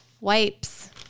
wipes